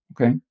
okay